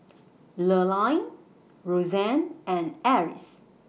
Lurline Rozanne and Eris